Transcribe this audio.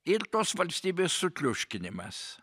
ir tos valstybės sutriuškinimas